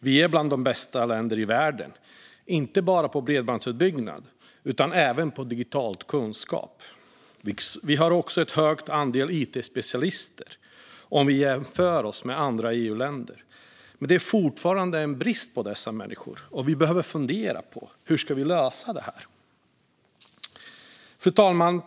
Vi är bland de bästa länderna i världen inte bara på bredbandsutbyggnad utan även på digital kunskap. Vi har också en hög andel it-specialister jämfört med andra EU-länder, men det finns fortfarande en brist på dessa människor. Vi behöver fundera på hur vi ska lösa den. Fru talman!